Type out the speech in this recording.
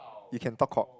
you can talk cock